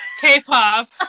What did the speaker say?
K-pop